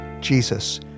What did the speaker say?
Jesus